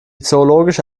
zoologische